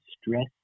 stress